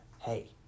hey